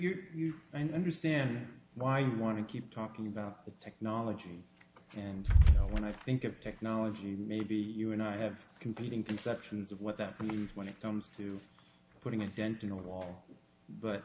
and understand why you want to keep talking about technology and when i think of technology maybe you and i have competing conceptions of what that means when it comes to putting a dent in the wall but